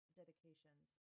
dedications